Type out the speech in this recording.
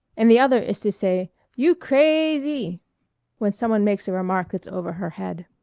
and the other is to say you cra-a-azy when some one makes a remark that's over her head.